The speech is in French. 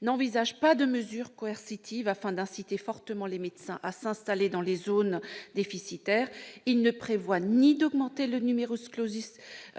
n'envisage pas de mesures coercitives afin d'inciter fortement les médecins à s'installer dans les zones déficitaires. Il ne prévoit ni d'augmenter le